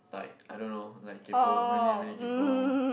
I don't know like kaypo really really kaypo